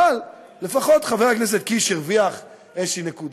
אבל לפחות חבר הכנסת קיש הרוויח איזו נקודה.